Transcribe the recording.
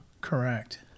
Correct